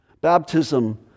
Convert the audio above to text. Baptism